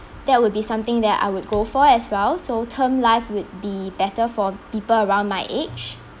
that would be something that I would go for as well so term life would be better for people around my age